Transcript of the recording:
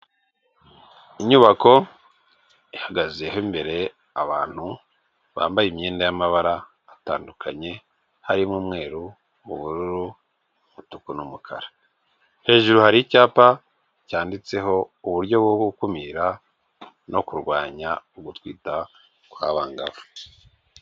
Inyubako ihagazeho imbere abantu bambaye imyenda y'amabara atandukanye, harimo umweru, ubururu, umutuku n'umukara. Hejuru hari icyapa cyanditseho uburyo bwo gukumira no kurwanya ugutwita kw'abangavu.